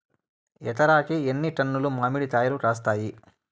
ఎకరాకి ఎన్ని టన్నులు మామిడి కాయలు కాస్తాయి?